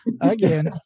Again